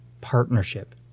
partnership